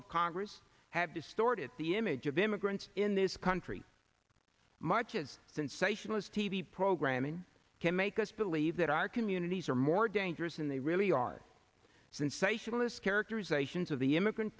of congress have distorted the image of immigrants in this country much as sensationalist t v programming can make us believe that our communities are more dangerous than they really are sensationalist characterizations of the immigrant